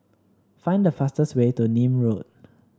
find the fastest way to Nim Road